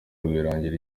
rwirangira